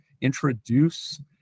introduce